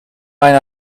mijn